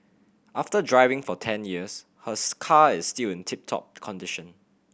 after driving for ten years her car is still in tip top condition